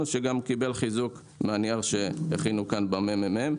שגם קיבל חיזוק מהנייר שהכינו כאן בממ"מ.